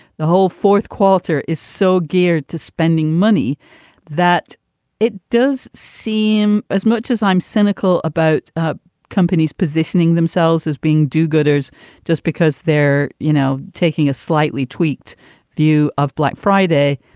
the whole fourth quarter is so geared to spending money that it does seem as much as i'm cynical about ah companies positioning themselves as being do gooders just because they're, you know, taking a slightly tweaked view of black friday.